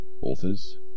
authors